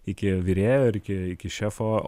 iki virėjo ir iki iki šefo